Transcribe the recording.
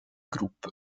group